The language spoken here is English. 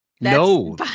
No